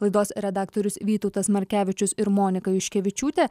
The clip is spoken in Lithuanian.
laidos redaktorius vytautas markevičius ir monika juškevičiūtė